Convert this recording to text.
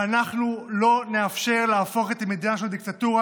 ואנחנו לא נאפשר להפוך את המדינה לדיקטטורה,